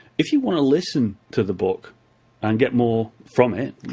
if you want to listen to the book and get more from it,